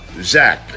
Zach